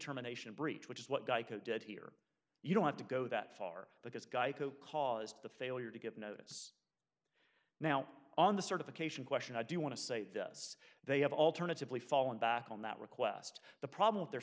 term anation breach which is what geico did here you don't have to go that far because geico caused the failure to give notice now on the certification question i do want to say this they have alternatively fallen back on that request the problem with their